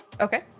Okay